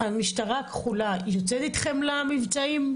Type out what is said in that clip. המשטרה הכחולה יוצאת איתכם למבצעים?